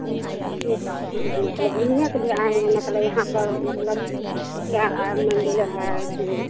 यहाँ अथिता मतलब घूमने के लिए आए हैं मतलब यहाँ पर मतलब क्या मंदिर है ऐसे